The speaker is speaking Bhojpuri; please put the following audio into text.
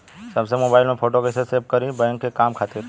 सैमसंग मोबाइल में फोटो कैसे सेभ करीं बैंक के काम खातिर?